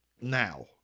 now